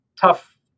tough